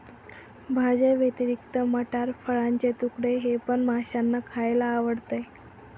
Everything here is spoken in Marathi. भाज्यांव्यतिरिक्त मटार, फळाचे तुकडे हे पण माशांना खायला आवडतं